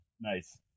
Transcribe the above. Nice